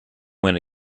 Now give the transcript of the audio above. went